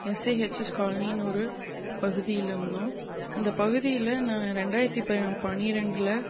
SAHS காலனின்னு ஒரு பகுதியில் இருந்தோம் அந்த பகுதியில நாங்கள் ரெண்டாயிரத்தி ப பன்னிரெண்டில்